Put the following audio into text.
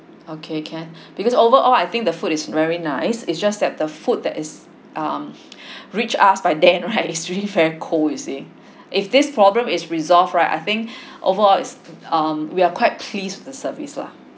okay can because overall I think the food is very nice it's just that the food that is um reach us by then right is seriously very cold you see if this problem is resolved right I think overall is um we are quite pleased with the service lah